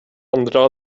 andra